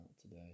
today